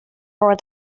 for